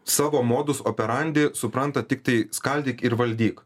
savo modus operande supranta tiktai skaldyk ir valdyk